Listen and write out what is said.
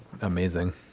amazing